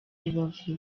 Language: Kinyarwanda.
rubavu